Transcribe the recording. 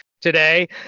Today